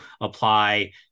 apply